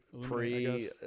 pre